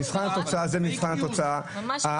שטות והשמצות.